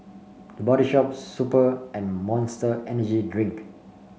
The Body Shop Super and Monster Energy Drink